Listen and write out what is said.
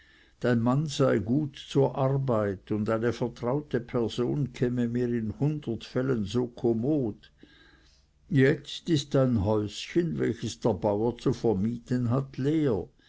dein mann sei gut zur arbeit und eine vertraute person käme mir in hundert fällen so kommod jetzt ist ein häuschen welches der bauer zu vermieten hat leer